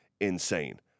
insane